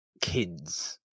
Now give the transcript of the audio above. kids